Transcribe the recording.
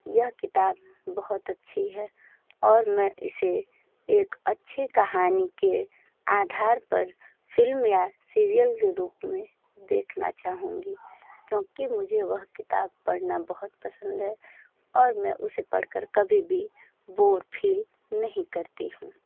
यह किताब बहुत अच्छी है और मैं इसे एक अच्छी कहानी के आधार पर फ़िल्म या सीरियल के रूप में देखना चाहूँगी क्योंकि मुझे वह किताब पढ़ना बहुत पसंद है और मैं उसे पढ़ कर कभी भी बोर फ़ील नहीं करती हूँ